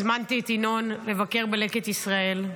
הזמנתי את ינון לבקר בלקט ישראל.